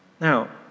Now